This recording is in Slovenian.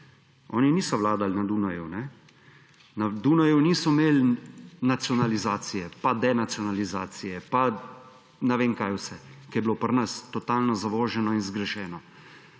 oni niso vladali na Dunaju. Na Dunaju niso imeli nacionalizacije, pa denacionalizacije, pa ne vem kaj vse, kar je bilo pri nas totalno zavoženo in zgrešeno.